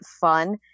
fun